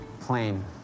plain